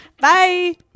Bye